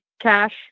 Cash